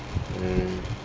mm